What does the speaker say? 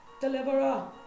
deliverer